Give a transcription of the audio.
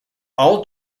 all